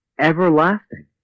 Everlasting